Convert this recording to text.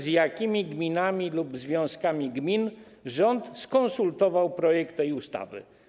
Z jakimi gminami lub związkami gmin rząd skonsultował projekt tej ustawy?